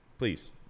please